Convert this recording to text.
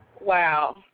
Wow